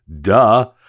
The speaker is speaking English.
Duh